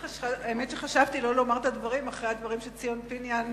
האמת שחשבתי שלא לומר את הדברים אחרי הדברים של ציון פיניאן,